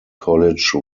college